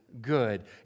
good